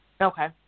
Okay